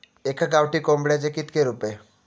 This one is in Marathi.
एका गावठी कोंबड्याचे कितके रुपये?